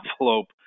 envelope